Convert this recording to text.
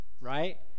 right